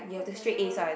what the hell